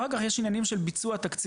אחר כך יש עניינים של ביצוע תקציב,